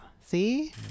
See